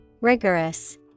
Rigorous